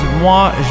Moi